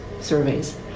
surveys